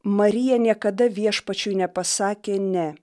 marija niekada viešpačiui nepasakė ne